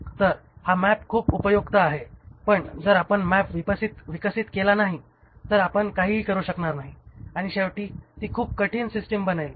तर हा मॅप खूप उपयुक्त आहे पण जर आपण मॅप विकसित केला नाही तर आपण काहीही करू शकणार नाही आणि शेवटी ती खूप कठीण सिस्टिम बनेल